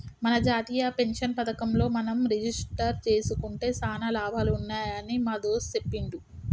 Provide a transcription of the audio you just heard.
మన జాతీయ పెన్షన్ పథకంలో మనం రిజిస్టరు జేసుకుంటే సానా లాభాలు ఉన్నాయని మా దోస్త్ సెప్పిండు